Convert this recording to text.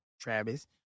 Travis